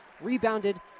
Rebounded